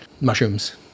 Mushrooms